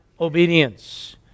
obedience